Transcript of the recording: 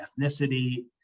ethnicity